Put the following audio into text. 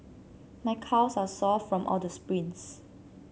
my calves are sore from all the sprints